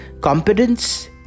competence